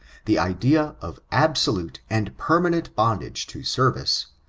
the idea of absolute and permanent bondage to service,